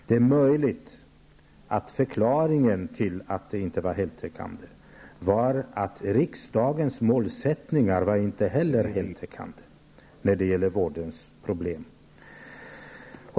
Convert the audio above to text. Det är möjligt att förklaringen till att den inte blev heltäckande var att inte heller riksdagens målsättningar var heltäckande när det gäller vårdens problem.